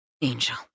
Angel